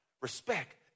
respect